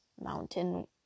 mountain